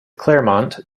claremont